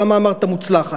למה אמרת "מוצלחת"?